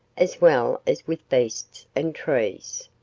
as well as with beasts and trees.